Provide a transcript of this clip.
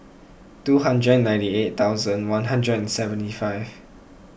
two hundred ninety eight thousand one hundred and seventy five